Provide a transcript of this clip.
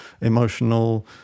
emotional